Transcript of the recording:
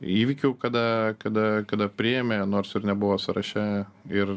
įvykių kada kada kada priėmė nors ir nebuvo sąraše ir